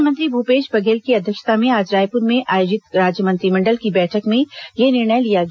मुख्यमंत्री भूपेश बघेल की अध्यक्षता में आज रायपुर में आयोजित राज्य मंत्रिमंडल की बैठक में यह निर्णय लिया गया